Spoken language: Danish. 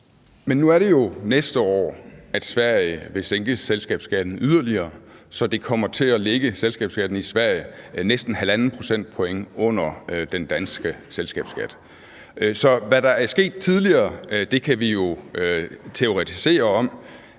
Men nu er det jo næste år, Sverige vil sænke selskabsskatten yderligere, så selskabsskatten i Sverige kommer til at ligge næsten 1½ procentpoint under den danske selskabsskat. Så hvad der er sket tidligere, kan vi jo teoretisere om,